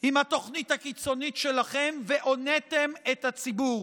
עם התוכנית הקיצונית שלכם והוניתם את הציבור.